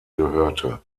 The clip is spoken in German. gehörte